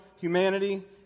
humanity